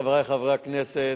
חברי חברי הכנסת,